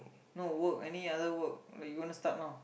no work any other work like you wanna start now